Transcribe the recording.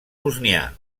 bosnià